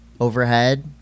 Overhead